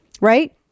Right